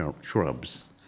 shrubs